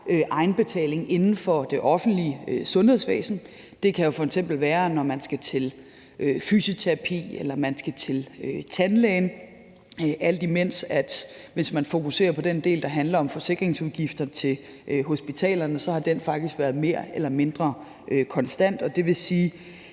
egenbetaling inden for det offentlige sundhedsvæsen. Det kan jo f.eks. være, når man skal til fysioterapi eller man skal til tandlægen. Hvis man fokuserer på den del, der handler om forsikringsudgifter til hospitalerne, har den faktisk været mere eller mindre konstant. Det vil sige,